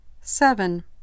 Seven